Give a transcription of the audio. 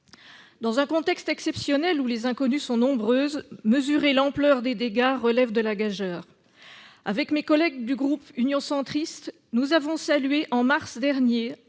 Dans un contexte exceptionnel où les inconnues sont nombreuses, mesurer l'ampleur des dégâts relève de la gageure. Le groupe Union Centriste a salué, en mars dernier,